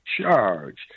charge